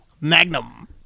Magnum